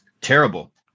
terrible